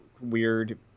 weird